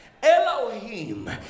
Elohim